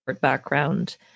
background